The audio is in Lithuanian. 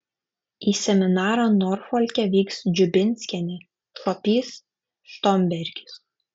į seminarą norfolke vyks dziubinskienė šuopys štombergis